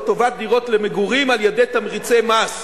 לטובת דירות למגורים על-ידי תמריצי מס,